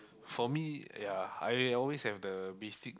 for me ya I always have the basic